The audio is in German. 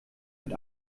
mit